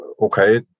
okay